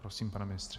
Prosím, pane ministře.